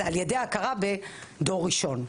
זה על ידי ההכרה בדור ראשון,